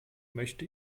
möchte